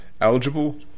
Eligible